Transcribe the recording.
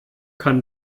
kann